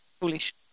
foolish